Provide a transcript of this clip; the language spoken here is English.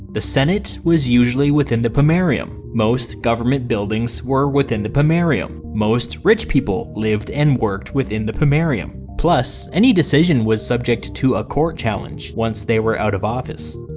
the senate was usually within the pomerium, most government buildings were within the pomerium, and most rich people lived and worked within the pomerium. plus, any decision was subject to a court challenge once they were out of office.